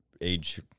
age